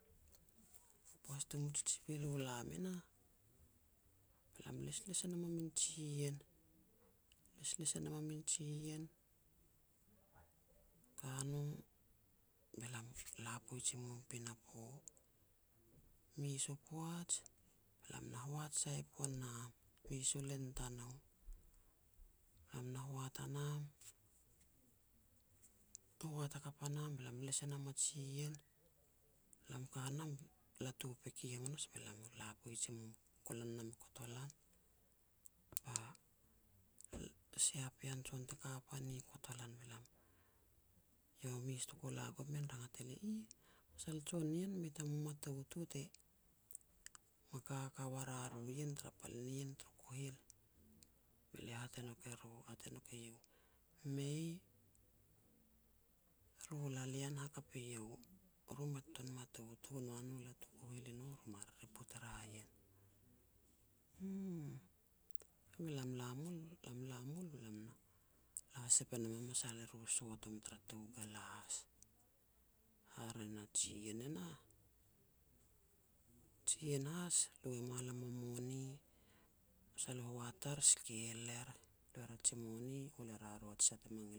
Poaj tumu tsitsibil u lam e nah, be lam e lesles e nam a min jiien. Lesles e nam a min jiien, ka no, be lam la poaj i mum pinapo. Mes u poaj, be lam na hoat sai pon nam, mes u len tanou. Lam na hoat a nam, hoat hakap a nam be lam les e nam a jiien, lam ka nam, latu e peke hamanas be lam la poaj i mum. Golan nam i kolan ba sia pean jon te ka pan ni kotolan, be lam, iau a mes tuku la gon men rangat elia, "Ih, masal jon nien mei ta mamatout u te ma kaka ua ria ru ien tara pal nien tur kuhil?" Be lia hat e nouk eru hat e nouk eiou, "Mei, ru lalien hakap eiou, ru mei ta tuan mataut u noa no latu kuhil i no ru ma ririput ra ien." "Uuh." Be lam la mul-lam la mul be lam na la sep e mul a masal eru sotom tara tou galas. Hare na jiien e nah, jiien has lui e mua lam a moni. Masal e hoat ar skel er, lu er a ji moni, hol e ria ru ji sah te mang